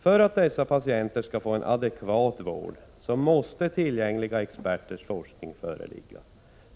För att dessa patienter skall få en adekvat vård måste tillgängliga experters forskning föreligga.